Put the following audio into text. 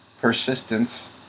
persistence